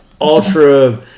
ultra